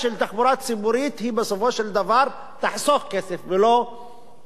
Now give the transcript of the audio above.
בסופו של דבר תחסוך כסף ולא תעלה כסף.